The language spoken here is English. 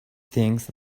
things